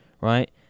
right